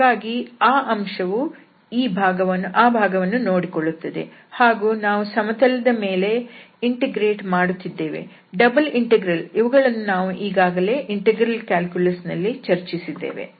ಹಾಗಾಗಿ ಆ ಅಂಶವು ಆ ಭಾಗವನ್ನು ನೋಡಿಕೊಳ್ಳುತ್ತದೆ ಹಾಗೂ ನಾವು ಸಮತಲದ ಮೇಲೆ ಇಂಟಿಗ್ರೇಟ್ ಮಾಡುತ್ತಿದ್ದೇವೆ ಡಬಲ್ ಇಂಟೆಗ್ರಲ್ ಇವುಗಳನ್ನು ನಾವು ಈಗಾಗಲೇ ಇಂಟೆಗ್ರಲ್ ಕ್ಯಾಲ್ಕುಲಸ್ ನಲ್ಲಿ ಚರ್ಚಿಸಿದ್ದೇವೆ